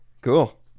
Cool